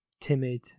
timid